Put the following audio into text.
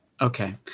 Okay